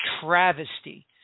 travesty